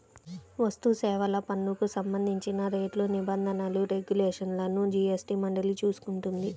వస్తుసేవల పన్నుకు సంబంధించిన రేట్లు, నిబంధనలు, రెగ్యులేషన్లను జీఎస్టీ మండలి చూసుకుంటుంది